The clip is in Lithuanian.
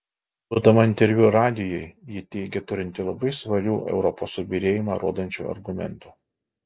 duodama interviu radijui ji teigė turinti labai svarių europos subyrėjimą rodančių argumentų